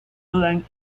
dudan